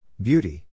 Beauty